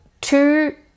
two